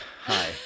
hi